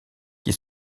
qui